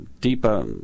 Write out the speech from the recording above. deeper